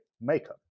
makeup